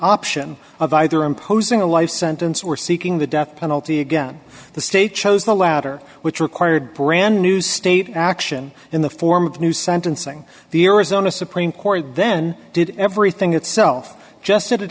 option of either imposing a life sentence or seeking the death penalty again the state chose the latter which required brand new state action in the form of new sentencing the arizona supreme court then did everything itself just